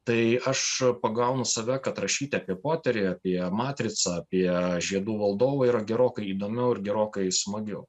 tai aš pagaunu save kad rašyti apie poterį apie matricą apie žiedų valdovą yra gerokai įdomiau ir gerokai smagiau